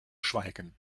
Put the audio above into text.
schweigen